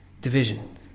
division